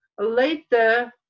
Later